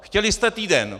Chtěli jste týden.